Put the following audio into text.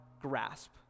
grasp